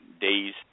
days